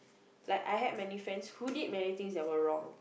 like I had many friends who did many things that were wrong